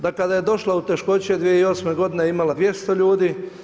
Da kada je došla u teškoće 2008. godine imala 200 ljudi.